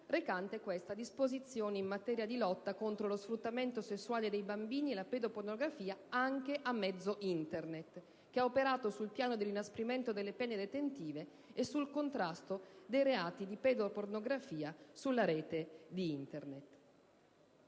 recante questa disposizione in materia di lotta contro lo sfruttamento sessuale dei bambini e la pedopornografia anche a mezzo Internet, che ha operato sul piano dell'inasprimento delle pene detentive e sul contrasto dei reati di pedopornografia sulla rete Internet.